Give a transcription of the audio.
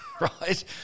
Right